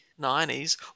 90s